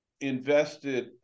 invested